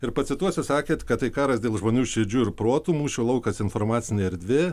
ir pacituosiu sakėt kad tai karas dėl žmonių širdžių ir protų mūšio laukas informacinė erdvė